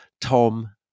Tom